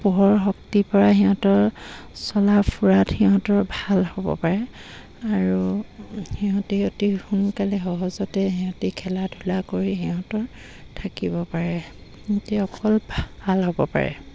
পোহৰ শক্তিৰ পৰাই সিহঁতৰ চলা ফুৰাত সিহঁতৰ ভাল হ'ব পাৰে আৰু সিহঁতে অতি সোনকালে সহজতে সিহঁতে খেলা ধূলা কৰি সিহঁতৰ থাকিব পাৰে সিহঁতে অকল ভাল হ'ব পাৰে